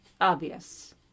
obvious